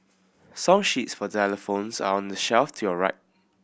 song sheets for xylophones are on the shelf to your right